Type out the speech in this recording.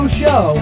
show